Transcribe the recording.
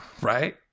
Right